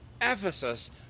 Ephesus